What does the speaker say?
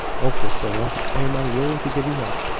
oh, priscilla, i am unwilling to give you up!